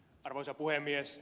arvoisa puhemies